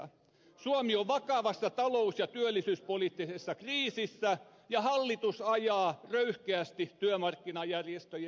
suomi on vakavassa talous ja työllisyyspoliittisessa kriisissä ja hallitus ajaa röyhkeästi työmarkkinajärjestöjen päälle